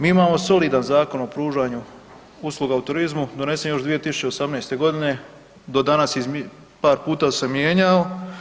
Mi imamo solidan Zakon o pružanju usluga u turizmu donesen još 2018. godine do danas se par puta mijenjao.